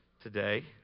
today